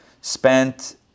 spent